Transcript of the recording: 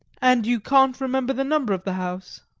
and you can't remember the number of the house?